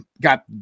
got